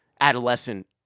adolescent